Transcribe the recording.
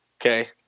Okay